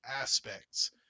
aspects